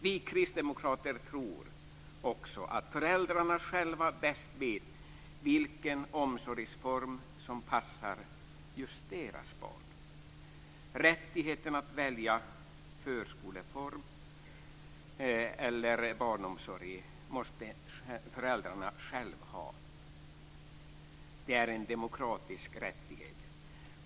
Vi kristdemokrater tror också att föräldrarna själva bäst vet vilken omsorgsform som passar just deras barn. Rättigheten att välja förskoleform eller barnomsorg måste föräldrarna själva ha. Det är en demokratisk rättighet.